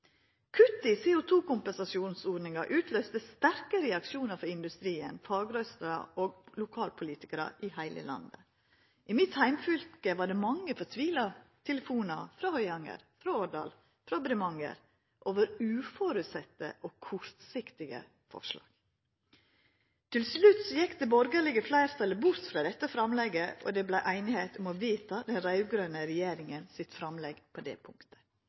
i CO2-kompensasjonsordninga utløyste sterke reaksjonar frå industrien, fagrøyrsla og lokalpolitikarar i heile landet. I mitt heimfylke var det mange fortvila telefonar frå Høyanger, Årdal og Bremanger over uventa og kortsiktige framlegg. Til slutt gjekk det borgarlege fleirtalet bort frå dette framlegget, og det vart einigheit om å vedta den raud-grøne regjeringa sitt framlegg på det punktet.